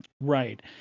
Right